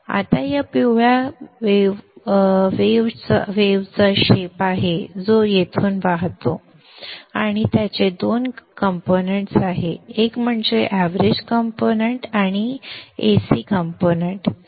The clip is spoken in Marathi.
आता या पिवळ्या तरंगाचा आकार आहे जो येथून वाहतो आहे आणि त्याचे दोन कंपोनेंट्स आहेत एक म्हणजे एवरेज कंपोनेंट्स आणि AC कंपोनेंट्स